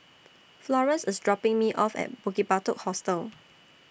Florance IS dropping Me off At Bukit Batok Hostel